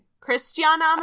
Christiana